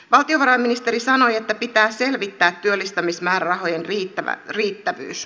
valtiovarainministeri sanoi että pitää selvittää työllistämismäärärahojen riittävyys